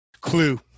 Clue